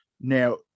Now